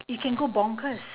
you can go bonkers